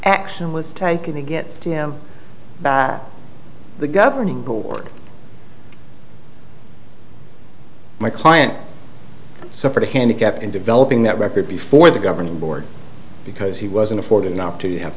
action was taken against him the governing board my client suffered a handicap in developing that record before the governing board because he wasn't afforded not to have